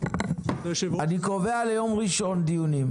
אני קובע ליום ראשון דיונים.